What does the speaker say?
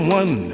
one